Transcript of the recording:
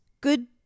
good